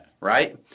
Right